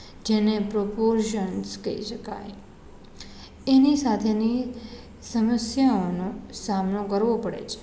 જેને પ્રપોરઝન્સ કહી શકાય એની સાથેની સમસ્યાઓનો સામનો કરવો પડે છે